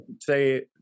say